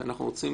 שאנחנו רוצים